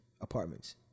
apartments